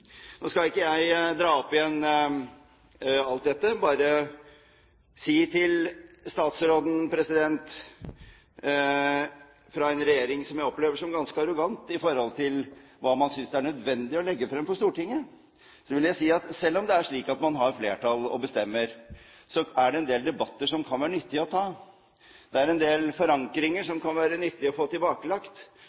Nå skal ikke jeg dra opp igjen alt dette, men det er noe jeg vil si til statsråden. Til en regjering som jeg opplever som å være ganske arrogant når det gjelder hva man synes det er nødvendig å legge frem for Stortinget, vil jeg si at selv om det er slik at man har flertall og bestemmer, er det en del debatter som kan være nyttige å ta. Det er en del forankringer som det kan være nyttig å få tilbakelagt,